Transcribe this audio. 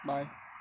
Bye